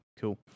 Cool